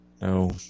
No